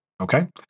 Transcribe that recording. Okay